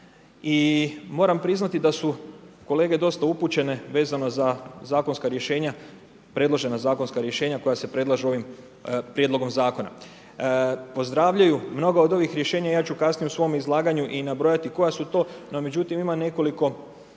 i moram priznati da su kolege dosta upućene, vezano za predložena zakonska rješenja, koja se predlažu ovim prijedlogom zakona. Pozdravljaju, mnoga od ovih rješenja i ja ću kasnije u svom izlaganju, nabrojati koja su to, međutim, ima nekoliko